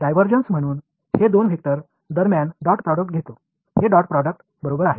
divergence म्हणून हे दोन वेक्टर दरम्यान डॉट प्रोडक्ट घेतो हे डॉट प्रॉडक्ट बरोबर आहे